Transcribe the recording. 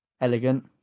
elegant